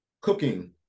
cooking